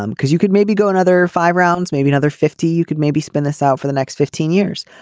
um because you could maybe go another five rounds maybe another fifty you could maybe spin this out for the next fifteen years.